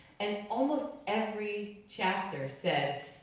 and almost every chapter said,